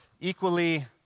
equally